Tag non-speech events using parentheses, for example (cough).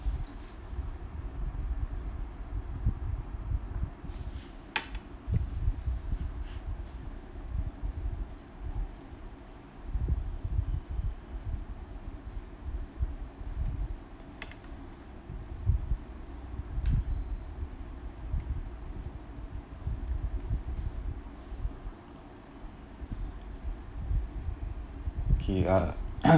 K uh (coughs)